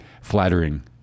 flattering